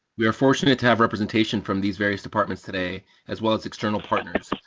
we are fortunate to have representation from these various departments today as well as external partners.